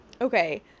Okay